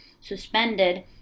suspended